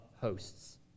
hosts